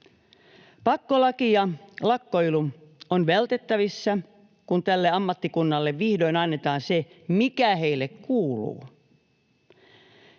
Pakkolaki ja lakkoilu ovat vältettävissä, kun tälle ammattikunnalle vihdoin annetaan se, mikä heille kuuluu.